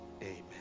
Amen